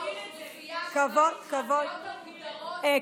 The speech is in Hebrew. האוכלוסיות המודרות,